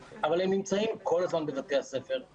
אבל הם נמצאים כל הזמן בבתי הספר,